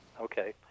Okay